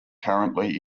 currently